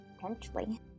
Potentially